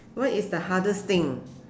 what is the hardest thing